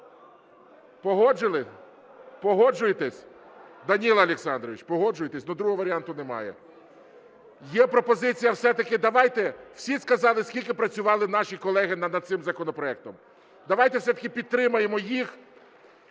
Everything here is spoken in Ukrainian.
Погоджуєтесь, Данило Олександрович, погоджуєтесь? Другого варіанту немає. Є пропозиція. Все-таки давайте, всі сказали, скільки працювали наші колеги над цим законопроектом, давайте все-таки підтримаємо їх,